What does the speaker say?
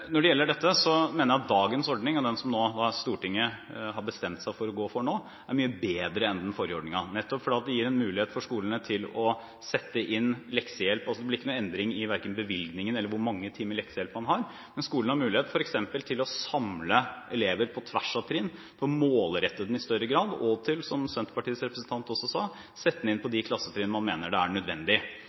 Når det gjelder dette, mener jeg at dagens ordning, og den som Stortinget har bestemt seg for å gå for nå, er mye bedre enn den forrige ordningen, nettopp fordi det gir en mulighet for skolene til å sette inn leksehjelp slik de vil. Det blir altså ikke noen endring verken i bevilgningen eller i hvor mange timer leksehjelp man har, men skolen har mulighet f.eks. til å samle elever på tvers av trinn, til å målrette leksehjelpen i større grad, og – som Senterpartiets representant også sa – til å sette den inn i de klassetrinn hvor man mener det er nødvendig.